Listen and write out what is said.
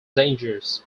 dangers